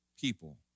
people